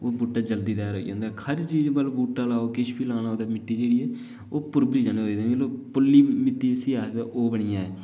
ओह् बूह्टा जल्दी त्यार होई जंदा ऐ जेल्लै बी बूह्टा लाओ किश बी लाना होऐ ते मिट्टी जेह्ड़ी ऐ भुरबरी होनी चाहिदी पुल्ली मि'ट्टी जिसी आखदे न ओह् बनी जा